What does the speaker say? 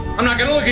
i'm not gonna